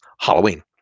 Halloween